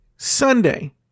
Sunday